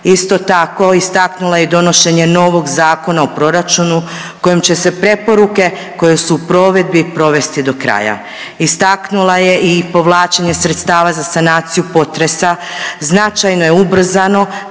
Isto tako istaknula je i donošenje novog Zakona o proračun kojim će preporuke koje su u provedbi provesti dokraja. Istaknula je i povlačenje sredstava za sanaciju potresa značajno je ubrzano